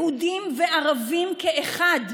יהודים וערבים כאחד.